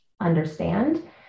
understand